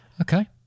Okay